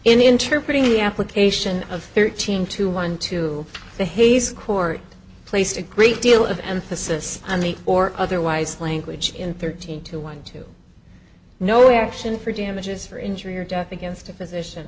in interpreting the application of thirteen to one to the hayes court placed a great deal of emphasis on the or otherwise language in thirteen to one to no action for damages for injury or death against a physician